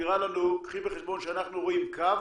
מסבירה לנו קחי בחשבון שאנחנו רואים קו